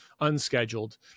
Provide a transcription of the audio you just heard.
unscheduled